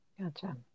Gotcha